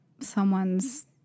someone's